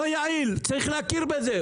לא יעיל וצריך להכיר בזה.